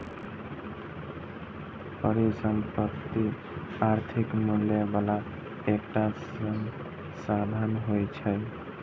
परिसंपत्ति आर्थिक मूल्य बला एकटा संसाधन होइ छै